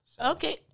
Okay